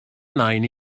nain